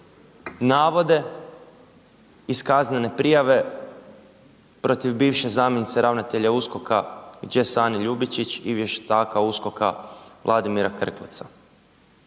navode iz kaznene prijave protiv bivše zamjenice ravnatelja USKOK-a Sani Ljubičić i vještaka USKOK-a Vladimira Krkleca.